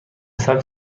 سمت